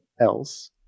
else